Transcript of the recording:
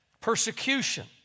persecution